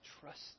trust